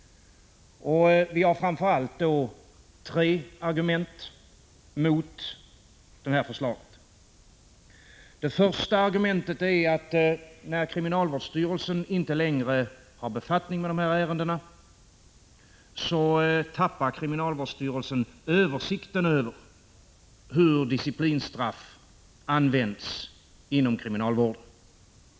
Vi har framför allt tre argument mot det som föreslås. Det första argumentet är att kriminalvårdsstyrelsen när den inte längre har befattning med dessa ärenden förlorar översikten över hur disciplinstraff används inom kriminalvården.